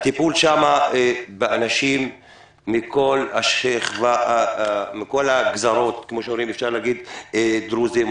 הטיפול שם באנשים הוא מכל המגזרים דרוזים,